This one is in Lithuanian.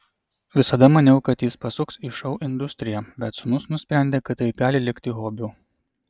visada maniau kad jis pasuks į šou industriją bet sūnus nusprendė kad tai gali likti hobiu